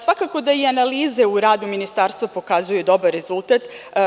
Svakako da i analize u radu ministarstva pokazuju dobar rezultat.